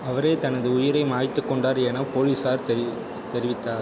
அவரே தனது உயிரை மாய்த்துக் கொண்டார் எனப் போலீசார் தெரிவி தெரிவித்தார்